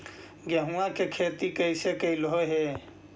गेहूआ के खेती कैसे कैलहो हे?